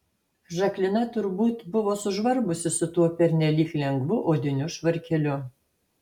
žaklina turbūt buvo sužvarbusi su tuo pernelyg lengvu odiniu švarkeliu